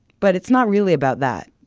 but it's not really about that,